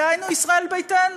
דהיינו ישראל ביתנו.